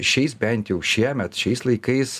šiais bent jau šiemet šiais laikais